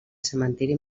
cementiri